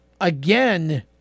again